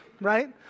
right